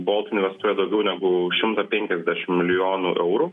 bolt investuoja daugiau negu šimtą peniasdešim milijonų eurų